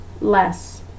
less